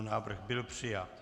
Návrh byl přijat.